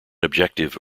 objective